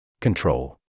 Control